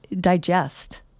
digest